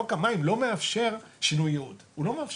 חוק המים לא מאפשר שינוייות, הוא לא מאפשר.